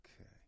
Okay